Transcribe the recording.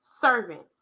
servants